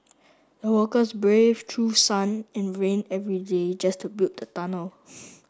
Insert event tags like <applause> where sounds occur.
the workers braved through sun and rain every day just to build the tunnel <noise>